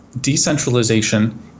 decentralization